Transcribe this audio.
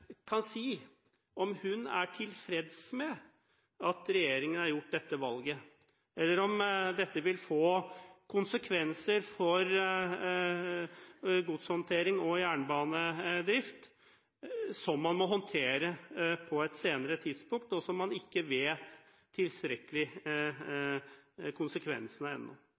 Kan samferdselsministeren i sitt innlegg si om hun er tilfreds med at regjeringen har gjort dette valget, eller om dette vil få konsekvenser for godshåndtering og jernbanedrift, som man må håndtere på et senere tidspunkt, og som man ikke tilstrekkelig vet konsekvensene av ennå?